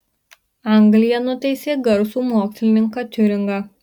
anglija nuteisė garsų mokslininką tiuringą